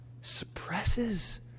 suppresses